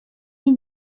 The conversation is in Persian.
این